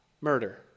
murder